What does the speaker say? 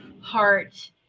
heart